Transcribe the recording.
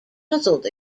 puzzled